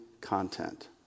content